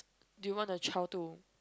do you want a child to